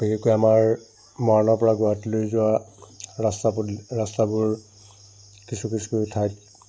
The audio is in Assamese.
বিশেষকৈ আমাৰ মৰাণৰ পৰা গুৱাহাটীলৈ যোৱা ৰাস্তা পদূলি ৰাস্তাবোৰ কিছু কিছু ঠাইত